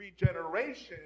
regeneration